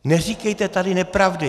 Neříkejte tady nepravdy.